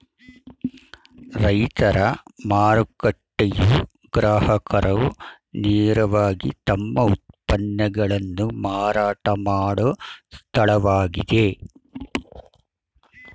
ರೈತರ ಮಾರುಕಟ್ಟೆಯು ಗ್ರಾಹಕರು ನೇರವಾಗಿ ತಮ್ಮ ಉತ್ಪನ್ನಗಳನ್ನು ಮಾರಾಟ ಮಾಡೋ ಸ್ಥಳವಾಗಿದೆ